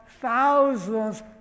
thousands